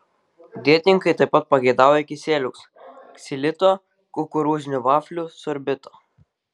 dietininkai taip pat pageidauja kisieliaus ksilito kukurūzinių vaflių sorbito